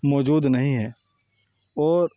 موجود نہیں ہے اور